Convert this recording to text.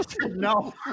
No